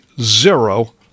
zero